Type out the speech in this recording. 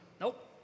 Nope